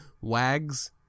Wags